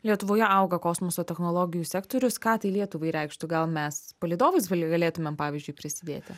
lietuvoje auga kosmoso technologijų sektorius ką tai lietuvai reikštų gal mes palydovais galėtumėm pavyzdžiui prisidėti